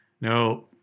no